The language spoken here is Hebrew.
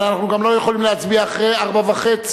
אבל אנחנו גם לא יכולים להצביע אחרי 16:30,